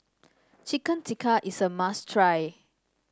Chicken Tikka is a must try